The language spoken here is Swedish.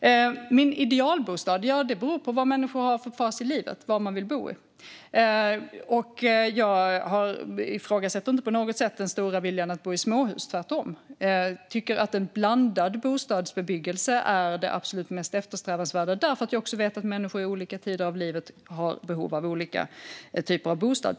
Vad som är min idealbostad - ja, hur människor vill bo beror på fas i livet. Jag ifrågasätter inte på något sätt den stora viljan att bo i småhus. Tvärtom, jag tycker att en blandad bostadsbebyggelse är det absolut mest eftersträvansvärda eftersom jag också vet att människor i olika tider i livet har behov av olika typer av bostad.